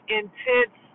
intense